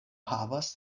havas